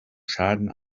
schaden